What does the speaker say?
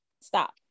Stop